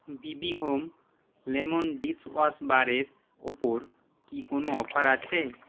বিবি হোম কেমন dish wash বারের ওপর কি কোনও অফার আছে